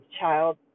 child